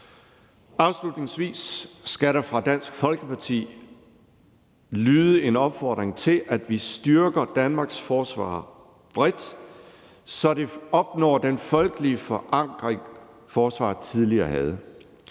Afslutningsvis skal der fra Dansk Folkeparti lyde en opfordring til, at vi styrker Danmarks forsvar bredt, så det opnår den folkelige forankring, forsvaret tidligere havde.